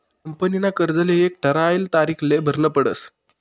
कंपनीना कर्जले एक ठरायल तारीखले भरनं पडस